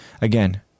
Again